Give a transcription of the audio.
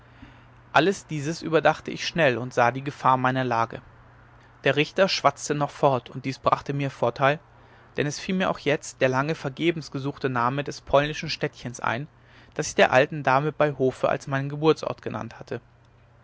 alles dieses überdachte ich schnell und sah die gefahr meiner lage der richter schwatzte noch fort und dies brachte mir vorteil denn es fiel mir auch jetzt der lange vergebens gesuchte name des polnischen städtchens ein das ich der alten dame bei hofe als meinen geburtsort genannt hatte